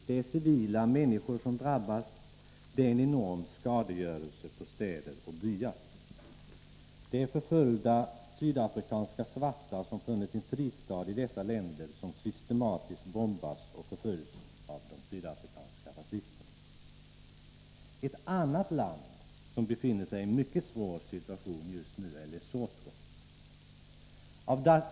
Det är civila människor som drabbas, och det sker en enorm skadegörelse på städer och byar. Förföljda sydafrikanska svarta har funnit en fristad i dessa länder, som systematiskt bombas och förföljs av de sydafrikanska rasisterna. Ett annat land som befinner sig i en mycket svår situation ju nu är Lesotho.